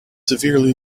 severely